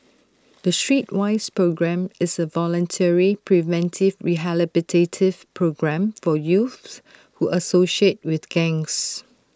the Streetwise programme is A voluntary preventive rehabilitative programme for youths who associate with gangs